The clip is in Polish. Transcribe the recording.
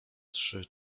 trzy